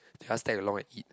just tag along and eat